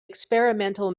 experimental